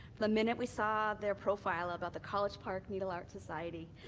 the minute we saw their profile ah about the college park needle arts society,